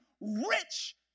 rich